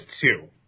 two